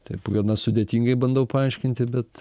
taip gana sudėtingai bandau paaiškinti bet